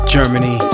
Germany